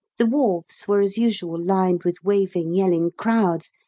the wharves were as usual lined with waving yelling crowds,